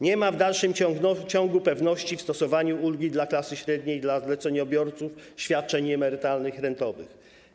Nie ma w dalszym ciągu pewności w stosowaniu ulgi dla klasy średniej, dla zleceniobiorców, świadczeń emerytalnych i rentowych.